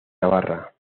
navarra